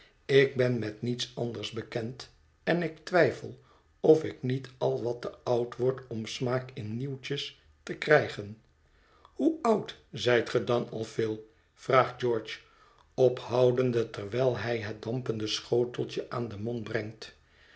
ik ben met niets anders bekend en ik twijfel of ik niet al wat te oud word om smaak in nieuwtjes te krijgen hoe oud zijt ge dan al phil vraagt george ophoudende terwijl hij het dampende schoteltje aan den mond brengt